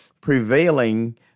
prevailing